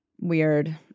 weird –